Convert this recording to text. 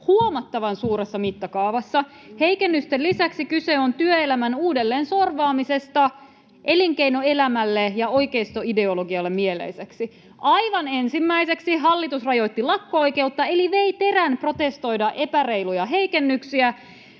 huomattavan suuressa mittakaavassa. Heikennysten lisäksi kyse on työelämän uudelleensorvaamisesta elinkeinoelämälle ja oikeistoideologialle mieleiseksi. Aivan ensimmäiseksi hallitus rajoitti lakko-oikeutta eli vei terän protestoida epäreiluja heikennyksiä.